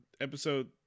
episode